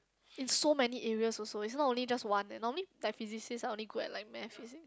in so many areas also it's not only just one leh normally like physicists are only good at like Math is it